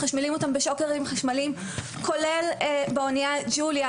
מחשמלים אותם בשוקרים חשמליים כולל באוניה ג'וליה